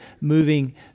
moving